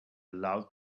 loud